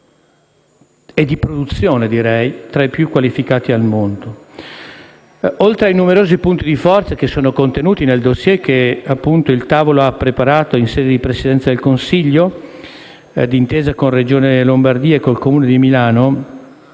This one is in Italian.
e di produzione tra i più qualificati al mondo. Oltre ai numerosi punti di forza contenuti nel *dossier* che il tavolo di coordinamento ha preparato in sede di Presidenza del Consiglio, d'intesa con la Regione Lombardia e con il Comune di Milano,